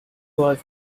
was